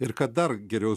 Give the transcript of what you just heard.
ir kad dar geriau